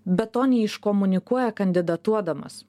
bet to neiškomunikuoja kandidatuodamas